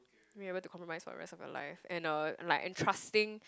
being able to compromise for the rest of your life and uh and like entrusting